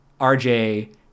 RJ